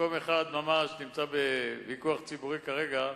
מקום אחד, אפולוניה, הוא בוויכוח ציבורי כרגע,